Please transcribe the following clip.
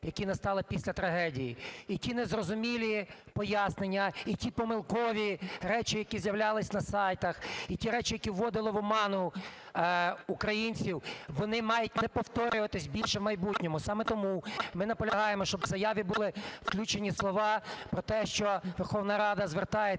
які настали після трагедії. І ті незрозумілі пояснення, і ті помилкові речі, які з'являлись на сайтах, і ті речі, які вводили в оману українців, вони мають не повторюватись більше в майбутньому. Саме тому ми наполягаємо, щоб в заяві були включені слова про те, що Верховна Рада звертається